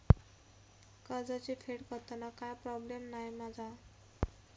कर्जाची फेड करताना काय प्रोब्लेम नाय मा जा?